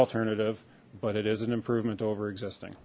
alternative but it is an improvement over existing